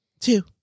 two